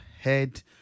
head